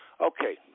Okay